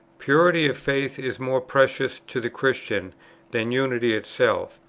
purity of faith is more precious to the christian than unity itself.